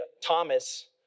Thomas